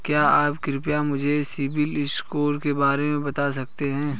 क्या आप कृपया मुझे सिबिल स्कोर के बारे में बता सकते हैं?